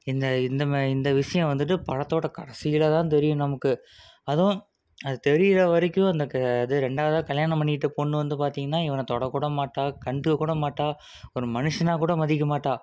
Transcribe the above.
இந்த இந்த மாதிரி இந்த விஷயம் வந்துட்டு படத்தோட கடைசியில் தான் தெரியும் நமக்கு அதுவும் அது தெரிகிற வரைக்கும் அந்த அது ரெண்டாவது கல்யாணம் பண்ணிகிட்ட பொண்ணு வந்து பார்த்தீங்கனா இவனை தொடக்கூட மாட்டாள் கண்டுக்க கூட மாட்டாள் ஒரு மனுஷனாக கூட மதிக்க மாட்டாள்